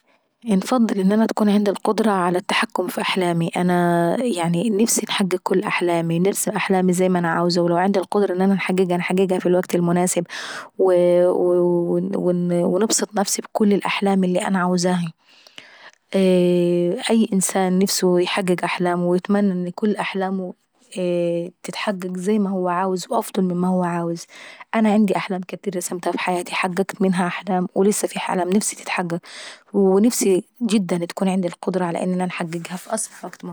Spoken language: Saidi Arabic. انفضل ان انا تكون عندي القدرة ان انا نتحكم في احلامي. انا نفسي انحقق احلامي ونفسي نرسم احلامي زي ماناعايزة، ولو عندي القدرة نحققها فانا نحققها في الوقت المناسب. ونبسط نفسي بكل الاحلام اللي انا عوازاها. أي انسان نفسه يحقق أحلامه ويتمنى تكون أحلامه تحقق زي ما هو عاوز واحسن من ما هو عاوز. أنا عندي أحلام كاتيرة رسمتها حققت منها احلام ولسة في احلام نفسي تتحقق، ونفسي جدا اتكون عندي القدرة على ان انا نحققها في اسرع وكت ممكن.